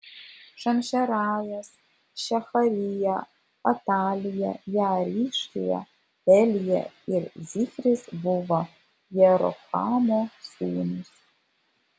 šamšerajas šeharija atalija jaarešija elija ir zichris buvo jerohamo sūnūs